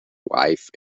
wife